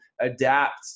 adapt